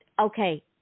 Okay